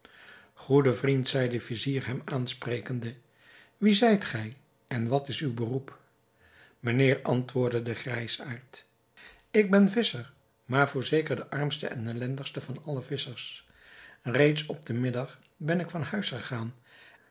goede vriend zeide de vizier hem aansprekende wie zijt gij en wat is uw beroep mijnheer antwoordde de grijsaard ik ben visscher maar voorzeker de armste en ellendigste van alle visschers reeds op den middag ben ik van huis gegaan